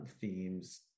themes